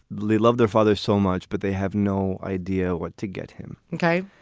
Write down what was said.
love their father so much, but they have no idea what to get him. okay.